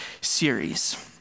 series